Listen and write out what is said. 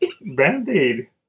Band-aid